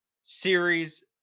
series